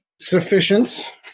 Sufficient